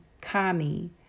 Kami